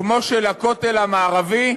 כמו של הכותל המערבי,